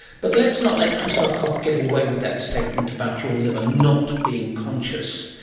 but let's not let christof koch get away with that statement about your liver not being conscious.